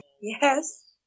Yes